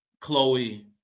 Chloe